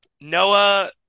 Noah